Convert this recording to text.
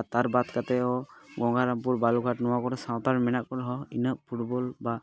ᱟᱨ ᱛᱟᱨ ᱵᱟᱫ ᱠᱟᱛᱮᱫ ᱦᱚᱸ ᱜᱚᱝᱜᱟᱨᱟᱢᱯᱩᱨ ᱵᱟᱞᱩᱜᱷᱟᱴ ᱱᱚᱣᱟ ᱠᱚᱨᱮ ᱥᱟᱶᱛᱟᱞ ᱢᱮᱱᱟᱜ ᱠᱚ ᱨᱮᱦᱚᱸ ᱤᱱᱟᱹᱜ ᱯᱷᱩᱴᱵᱚᱞ ᱵᱟ